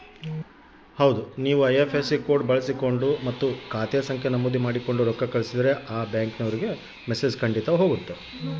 ನಾವು IFSC code ಬಳಕ್ಸೋಂಡು ರೊಕ್ಕ ಕಳಸಿದ್ರೆ ಆ ಬ್ಯಾಂಕಿನೋರಿಗೆ ಮೆಸೇಜ್ ಹೊತತೆ